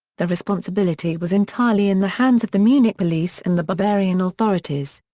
the responsibility was entirely in the hands of the munich police and the bavarian authorities.